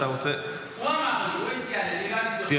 אתה רוצה --- הוא אמר לי,